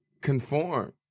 conform